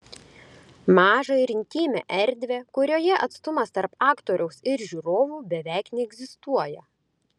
mažą ir intymią erdvę kurioje atstumas tarp aktoriaus ir žiūrovų beveik neegzistuoja